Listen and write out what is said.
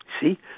See